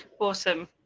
Awesome